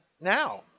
now